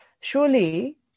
Surely